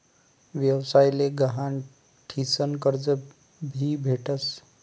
व्यवसाय ले गहाण ठीसन कर्ज भी भेटस